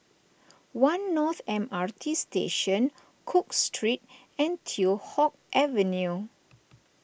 one North M R T Station Cook Street and Teow Hock Avenue